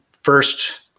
first